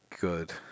good